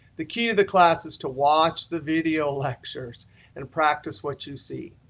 the key to the class is to watch the video lectures and practice what you see.